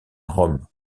rome